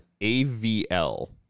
AVL